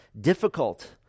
difficult